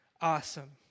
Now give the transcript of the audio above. Awesome